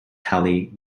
tally